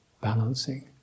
balancing